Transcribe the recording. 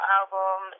album